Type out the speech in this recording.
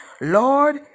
Lord